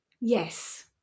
Yes